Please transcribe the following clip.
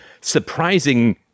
surprising